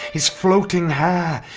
his floating hair!